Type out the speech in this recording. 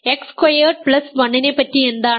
X squared plus 1 നെപറ്റി എന്താണ്